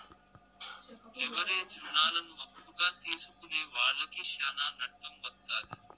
leverage రుణాలను అప్పుగా తీసుకునే వాళ్లకి శ్యానా నట్టం వత్తాది